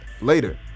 later